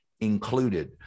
included